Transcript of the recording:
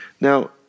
Now